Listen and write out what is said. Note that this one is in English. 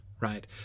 right